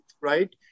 right